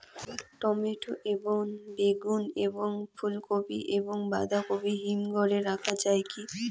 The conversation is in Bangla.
টমেটো এবং বেগুন এবং ফুলকপি এবং বাঁধাকপি হিমঘরে রাখা যায় কি?